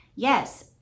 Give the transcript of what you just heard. Yes